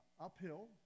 uphill